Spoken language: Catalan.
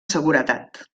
seguretat